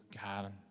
God